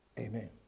amen